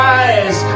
eyes